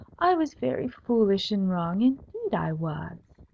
i was very foolish and wrong. indeed i was,